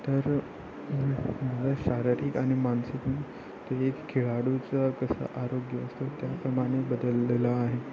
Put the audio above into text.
तर माझा शारीरिक आणि मानसिक ते एक खेळाडूचा कसं आरोग्य असतो त्याप्रमाणे बदललेला आहे